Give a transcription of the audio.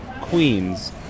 Queens